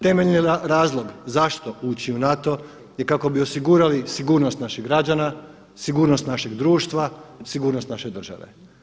Temeljni razlog zašto ući u NATO je kako bi osigurali sigurnost naših građana, sigurnost našeg društva, sigurnost naše države.